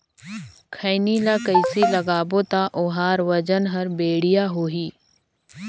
खैनी ला कइसे लगाबो ता ओहार वजन हर बेडिया होही?